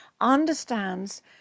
understands